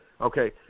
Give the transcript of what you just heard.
Okay